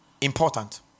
important